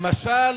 למשל